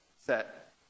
set